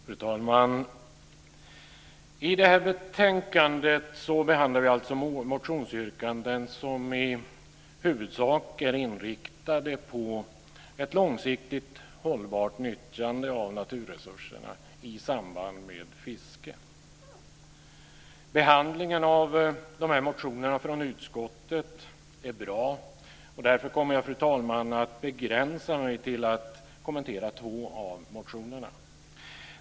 Fru talman! I det här betänkandet behandlar vi motionsyrkanden som i huvudsak är inriktade på ett långsiktigt hållbart nyttjande av naturresurserna i samband med fiske. Behandlingen av motionerna från utskottet är bra, och därför kommer jag, fru talman, att begränsa mig till att kommentera två av motionerna.